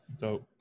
Dope